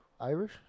Irish